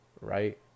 right